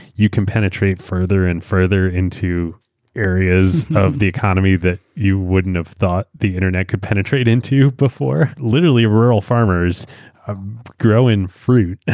you can penetrate further and further into areas of the economy that you wouldn't have thought the internet could penetrate into before. literally, weaeurre all farmers growing fruit,